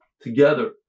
together